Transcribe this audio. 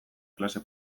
klase